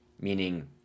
meaning